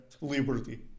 liberty